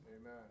Amen